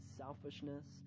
selfishness